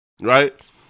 right